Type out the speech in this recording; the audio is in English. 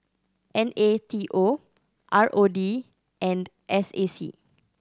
N A T O R O D and S A C